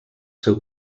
seu